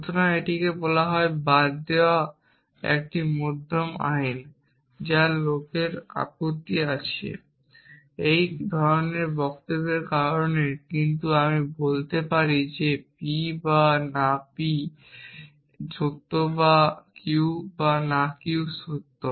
সুতরাং এটাকে বলা হয় বাদ দেওয়া মধ্যম আইন যা কিছু লোকের আপত্তি আছে এই ধরনের বক্তব্যের কারণে কিন্তু আমি বলতে পারি যে p বা না p সত্য বা q বা না q সত্য